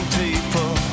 people